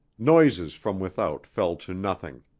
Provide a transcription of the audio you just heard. noises from without fell to nothing.